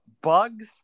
Bugs